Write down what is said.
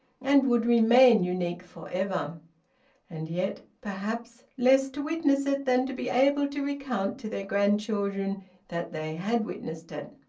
and would remain unique for ever and yet perhaps less to witness it than to be able to recount to their grandchildren that they had witnessed it.